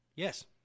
Yes